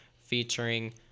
featuring